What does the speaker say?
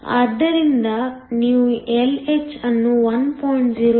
ಆದ್ದರಿಂದ ನೀವು Lh ಅನ್ನು 1